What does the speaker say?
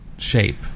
shape